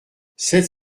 sept